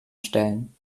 stellen